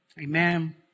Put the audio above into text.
Amen